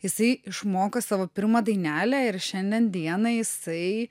jisai išmoko savo pirmą dainelę ir šiandien dieną jisai